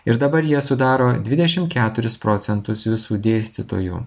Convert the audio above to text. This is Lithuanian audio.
ir dabar jie sudaro dvidešim keturis procentus visų dėstytojų